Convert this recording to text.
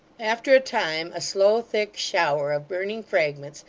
after a time, a slow thick shower of burning fragments,